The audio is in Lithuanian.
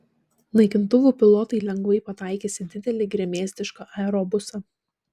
naikintuvų pilotai lengvai pataikys į didelį gremėzdišką aerobusą